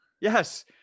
Yes